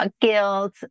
guilt